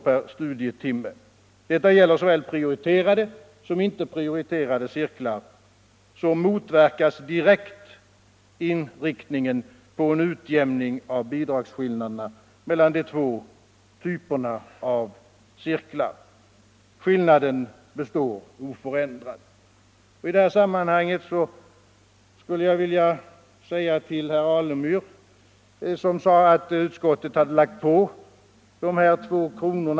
per studietimme — detta gäller såväl prioriterade som icke prioriterade cirklar — motverkas direkt inriktningen på en utjämning av bidragsskillnaderna mellan de två typerna av cirklar. Skillnaden består oförändrad. Herr Alemyr sade att utskottet hade lagt på dessa 2 kr.